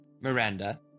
Miranda